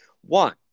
One